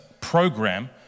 program